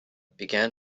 began